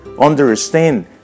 understand